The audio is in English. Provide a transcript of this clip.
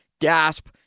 gasp